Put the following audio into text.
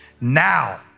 Now